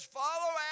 follow